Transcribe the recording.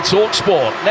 TalkSport